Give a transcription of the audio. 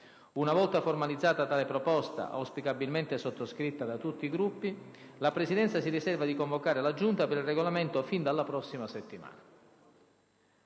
Una volta formalizzata tale proposta - auspicabilmente sottoscritta da tutti i Gruppi - la Presidenza si riserva di convocare la Giunta per il Regolamento fin dalla prossima settimana.